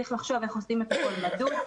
צריך לחשוב איך עושים את הכול מדוד,